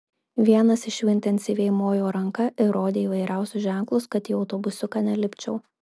vienas iš jų intensyviai mojo ranka ir rodė įvairiausius ženklus kad į autobusiuką nelipčiau